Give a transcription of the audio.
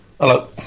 Hello